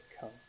come